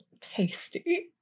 Tasty